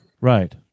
Right